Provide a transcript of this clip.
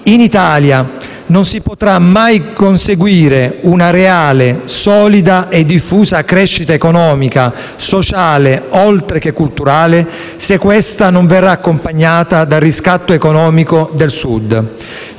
In Italia non si potrà mai conseguire una reale, solida e diffusa crescita economica e sociale, oltre che culturale, se questa non verrà accompagnata dal riscatto economico del Sud.